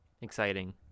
exciting